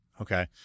Okay